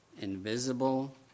invisible